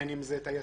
בין אם זה טייסים,